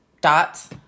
dots